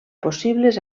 possibles